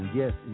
yes